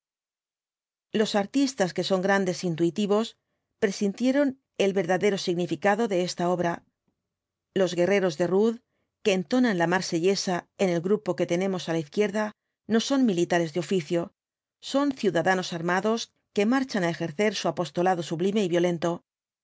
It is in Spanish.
los artistas que son grandes intuitivos presintieron el verdadero significado de esta obra los guerreros de rude que entonan la marsellesa en el grupo que tenemos á la izquierda no son militares de oficio son ciudadanos armados que marchan á ejercer su apostolado sublime y violento